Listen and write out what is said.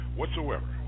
whatsoever